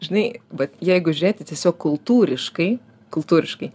žinai vat jeigu žiūrėti tiesiog kultūriškai kultūriškai